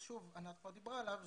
ענת כבר דיברה עליו,